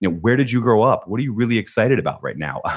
you know where did you grow up? what are you really excited about right now?